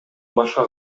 башка